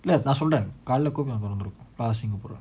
இல்லநான்சொல்லறேன்காலைல:illa naan sollaren kalaila போலாம்:poolam singapore